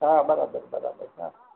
હા બરાબર બરાબર હા